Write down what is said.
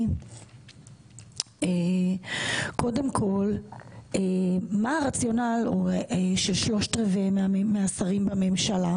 לדעת מה הרציונל של 3/4 מהשרים בממשלה